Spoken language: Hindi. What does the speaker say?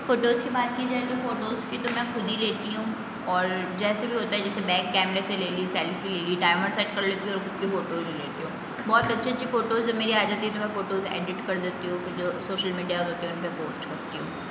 फ़ोटोज़ की बात की जाए तो फ़ोटोज़ की तो मैं खुद ही लेती हूँ और जैसे भी होता है जैसे बैक कैमरे से ले ली सेल्फ़ी ले ली टाइमर सेट कर लेती हूँ और खुद की फ़ोटोज़ लेती हूँ बहुत अच्छे अच्छे फ़ोटोज़ जब मेरी आ जाती हैं तो मैं फ़ोटोज़ एडिट कर देती हूँ कि जो सोशल मीडिया होते उनमें पोस्ट करती हूँ